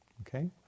Okay